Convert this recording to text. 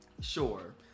Sure